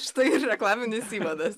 štai ir reklaminis įvadas